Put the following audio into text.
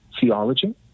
theology